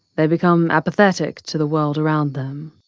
they become apathetic to the world around them.